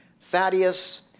Thaddeus